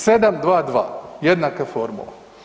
7-2-2, jednaka formula.